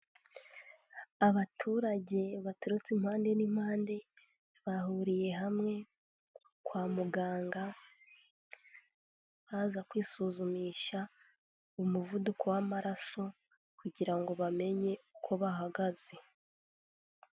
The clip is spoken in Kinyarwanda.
Abaturage baturutse impande n'impande, bahuriye hamwe kwa muganga, baza kwisuzumisha umuvuduko w'amaraso, kugira ngo bamenye uko bahagaze.